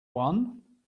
one